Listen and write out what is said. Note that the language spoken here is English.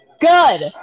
Good